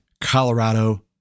Colorado